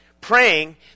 praying